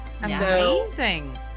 Amazing